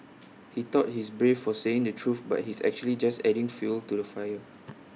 he thought he's brave for saying the truth but he's actually just adding fuel to the fire